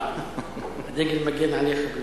הדגל מגן עליך.